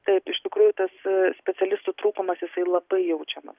taip iš tikrųjų tas specialistų trūkumas jisai labai jaučiamas